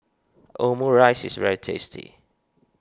Omurice is very tasty